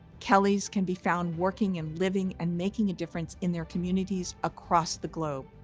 kelleys can be found working, and living, and making a difference in their communities across the globe.